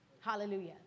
Hallelujah